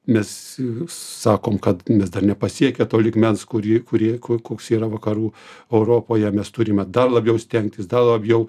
mes sakom kad mes dar nepasiekę to lygmens kurį kurį koks yra vakarų europoje mes turime dar labiau stengtis dar labiau